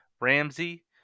Ramsey